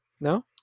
no